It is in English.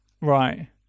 Right